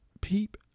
peep